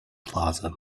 plaza